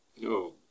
No